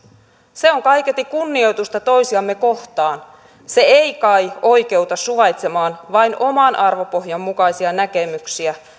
se on kaiketi kunnioitusta toisiamme kohtaan se ei kai oikeuta suvaitsemaan vain oman arvopohjan mukaisia näkemyksiä